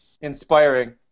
Inspiring